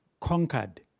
conquered